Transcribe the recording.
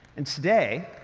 and today.